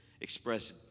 express